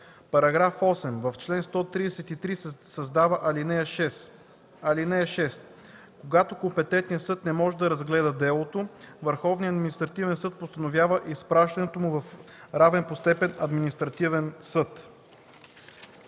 § 8: „§ 8. В чл. 133 се създава ал. 6: „(6) Когато компетентният съд не може да разгледа делото, Върховният административен съд постановява изпращането му в равен по степен административен съд.”